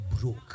broke